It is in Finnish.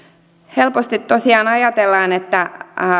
helposti tosiaan ajatellaan että kun